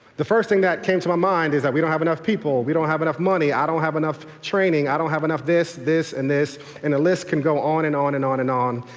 the first thing that came to my mind is that we don't have enough people, we don't have enough money, i don't have enough training, i don't have enough this, this and this and the list can go on and on and on and on.